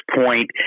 point